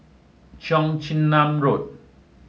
Cheong Chin Nam Road